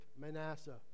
Manasseh